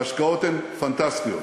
וההשקעות הן פנטסטיות.